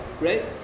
right